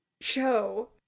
show